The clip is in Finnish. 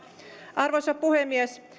arvoisa puhemies